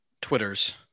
Twitters